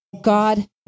God